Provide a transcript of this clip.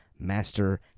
Master